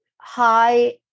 high